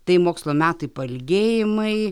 tai mokslo metai pailgėjimai